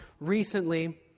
recently